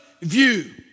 view